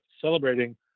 celebrating